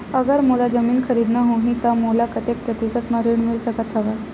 अगर मोला जमीन खरीदना होही त मोला कतेक प्रतिशत म ऋण मिल सकत हवय?